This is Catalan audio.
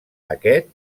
aquest